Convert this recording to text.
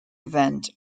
event